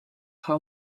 how